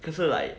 可是 like